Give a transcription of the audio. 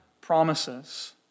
Promises